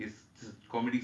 so